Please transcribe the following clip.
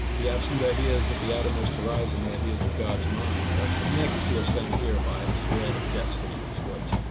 the absolute ideas of the outermost horizon, the ideas of god's mind, are connected to us down here by a thread of destiny is what